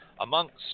Amongst